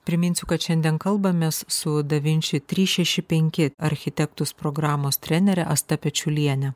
priminsiu kad šiandien kalbamės su da vinči trys šeši penki architektus programos trenere asta pečiuliene